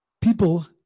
people